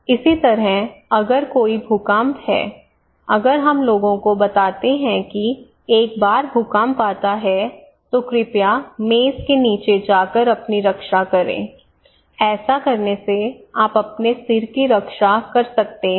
इसी तरह अगर कोई भूकंप है अगर हम लोगों को बताते हैं कि एक बार भूकंप आता है तो कृपया मेज के नीचे जाकर अपनी रक्षा करें ऐसे आप अपने सिर की रक्षा कर सकते हैं